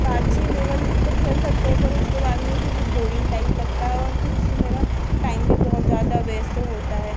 पाँच छः लेवल तो खेल सकते है पर उसके बाद में फिर वह बोरिंग टाइप लगता है और फिर उससे मेरा टाइम भी बहुत ज़्यादा वेस्ट होता है